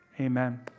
Amen